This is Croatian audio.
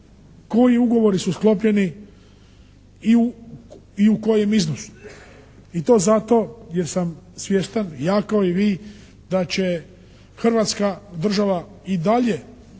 koji ugovori su sklopljeni i u kojem iznosu. I to zato jer sam svjestan ja kao i vi da će Hrvatska država i dalje